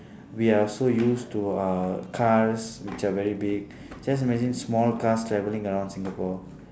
we are so used to uh cars which are very big just imagine small cars traveling around singapore